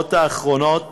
השעות האחרונות